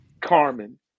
Carmen